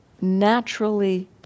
naturally